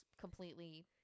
completely